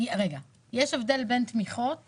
יש הבדל בין תמיכות